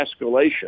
escalation